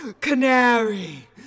Canary